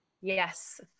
yes